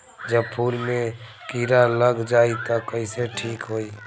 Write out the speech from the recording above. जब फूल मे किरा लग जाई त कइसे ठिक होई?